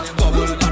bubble